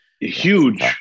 Huge